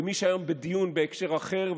מי שהיה היום בדיון בהקשר אחר,